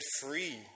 free